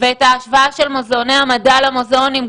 ואת ההשוואה של מוזיאוני המדע למוזיאונים,